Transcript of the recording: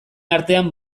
artean